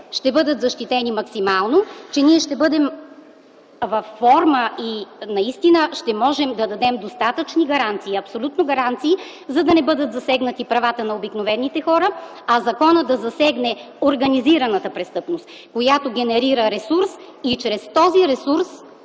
ще бъдат защитени максимално, че ще бъдем във форма и наистина ще можем да дадем достатъчни, абсолютни гаранции, за да не бъдат засегнати правата на обикновените хора, а законът да засегне организираната престъпност, която генерира ресурс и чрез този ресурс